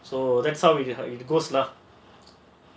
so that's how it goes lah